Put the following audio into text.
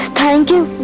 thank you.